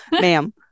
Ma'am